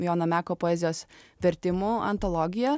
jono meko poezijos vertimų antologija